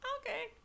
okay